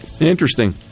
Interesting